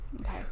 okay